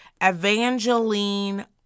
Evangeline